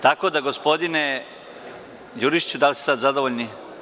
Tako da gospodine Đurišiću da li ste sada zadovoljni?